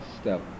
step